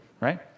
Right